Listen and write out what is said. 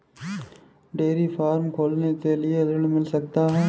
Dairy farm खोलने के लिए ऋण मिल सकता है?